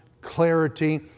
clarity